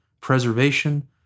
preservation